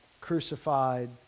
crucified